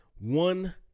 one